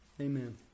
amen